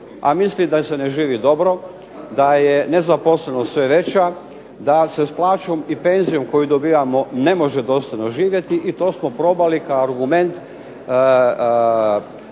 a misli da se ne živi dobro, da je nezaposlenost sve veća, da se s plaćom i penzijom koju dobijamo ne može dostojno živjeti, i to smo probali kao argument